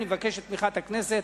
אני מבקש את תמיכת הכנסת.